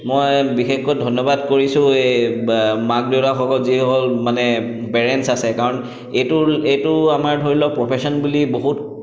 মই বিশেষকৈ ধন্যবাদ কৰিছোঁ এই মাক দেউতাকসকল যিসকল মানে পেৰেণ্টছ্ আছে কাৰণ এইটো এইটো আমাৰ ধৰি লওক প্ৰফেশ্যন বুলি বহুত